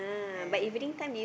yeah yeah yeha